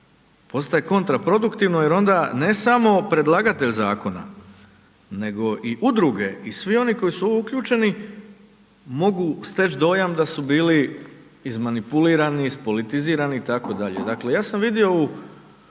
postaje kontraproduktivno jer onda ne samo predlagatelj zakona nego i udruge i svi oni koji su uključeni, mogu steći dojam da su bili izmanipulirani, ispolitizirani itd. Dakle, ja sam vidio u